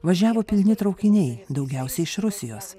važiavo pilni traukiniai daugiausiai iš rusijos